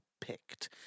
picked